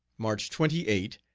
march twenty eight,